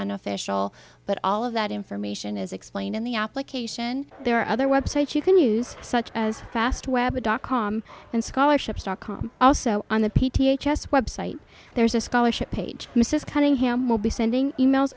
unofficial but all of that information is explained in the application there are other websites you can use such as fast web dot com and scholarships dot com also on the p t h s website there is a scholarship page mrs cunningham will be sending emails